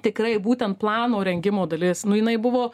tikrai būtent plano rengimo dalis nu jinai buvo